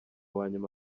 wanyuma